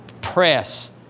press